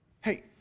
hey